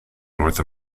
north